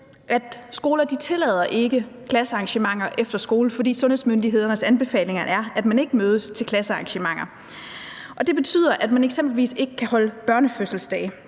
skolerne ikke tillader klassearrangementer efter skole, fordi sundhedsmyndighedernes anbefalinger er, at man ikke mødes til klassearrangementer. Det betyder, at man eksempelvis ikke kan holde børnefødselsdage.